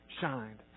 shined